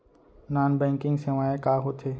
Non banking सेवाएं का होथे?